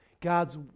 God's